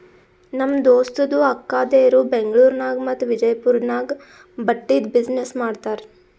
ನಮ್ ದೋಸ್ತದು ಅಕ್ಕಾದೇರು ಬೆಂಗ್ಳೂರ್ ನಾಗ್ ಮತ್ತ ವಿಜಯಪುರ್ ನಾಗ್ ಬಟ್ಟಿದ್ ಬಿಸಿನ್ನೆಸ್ ಮಾಡ್ತಾರ್